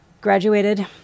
Graduated